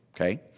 okay